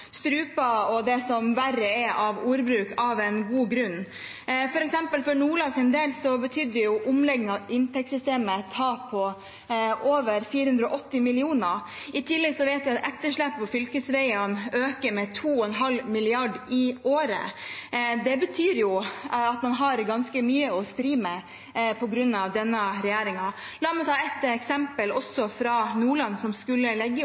og det som verre er av ordbruk, av god grunn. For Nordlands del, f.eks., betydde omleggingen av inntektssystemet tap på over 480 mill. kr. I tillegg vet vi at etterslepet på fylkesveiene øker med 2,5 mrd. kr i året. Det betyr at man har ganske mye å stri med på grunn av denne regjeringen. La meg ta et eksempel, også fra Nordland, som skulle legge